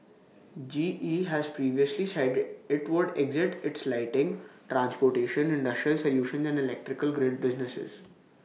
G E has previously said IT would exit its lighting transportation industrial solutions and electrical grid businesses